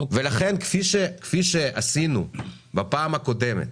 כפי שעשינו בפעם הקודמת